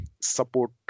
support